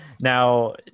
Now